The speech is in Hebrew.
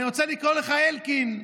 אני רוצה לקרוא לכם, אלקין,